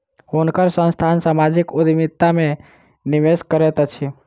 हुनकर संस्थान सामाजिक उद्यमिता में निवेश करैत अछि